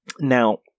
Now